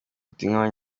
igihugu